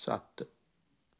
ਸੱਤ